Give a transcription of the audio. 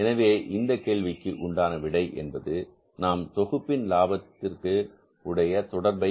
எனவே இந்தக் கேள்விக்கு உண்டான விடை என்பது நாம் தொகுப்பின் லாபத்திற்கு உடைய தொடர்பை பெறுகிறோம்